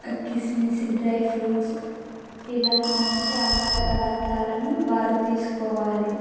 కిస్మిస్ dry fruits ఇలా మంచి ఆహార పదార్థాలను వారు తీసుకోవాలి